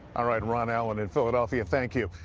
ah right, ron allen in philadelphia. thank you.